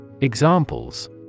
Examples